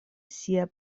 sia